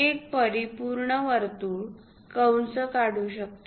एक परिपूर्ण वर्तुळ कंस काढू शकतो